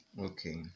Okay